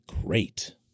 great